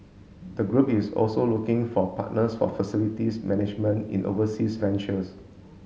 the group is also looking for partners for facilities management in overseas ventures